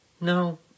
no